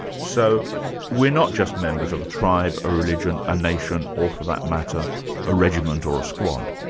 so we're not just members of a tribe, a religion, a nation, or for that matter a regiment or a squad.